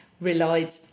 relied